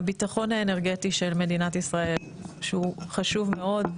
הביטחון האנרגטי של מדינת ישראל הוא חשוב מאוד.